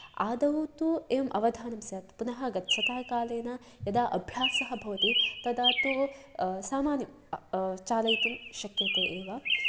आदौ तु एवम् अवधानं स्यात् पुनः गच्छता कालेन यदा अभ्यासः भवति तदा तु सामान्यम् चालयितुं शक्यते एव